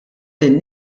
lin